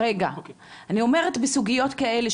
אומרת בסוגיות כאלה,